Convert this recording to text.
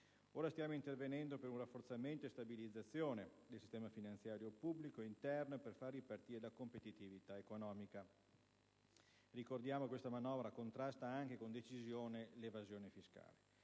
Ora stiamo intervenendo per il rafforzamento e la stabilizzazione del sistema finanziario pubblico interno e per fare ripartire la competitività economica. Ricordiamo che questa manovra contrasta anche con decisione l'evasione fiscale.